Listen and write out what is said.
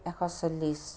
এশ চল্লিছ